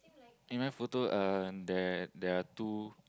in my photo uh there there are two